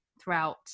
throughout